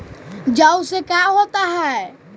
जौ से का होता है?